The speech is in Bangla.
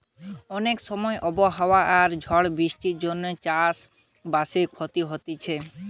অনেক সময় আবহাওয়া আর ঝড় বৃষ্টির জন্যে চাষ বাসে ক্ষতি হতিছে